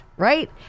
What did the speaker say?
Right